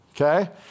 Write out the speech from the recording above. Okay